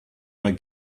bei